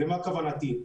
למה כוונתי?